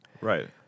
Right